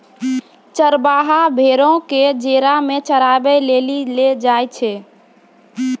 चरबाहा भेड़ो क जेरा मे चराबै लेली लै जाय छै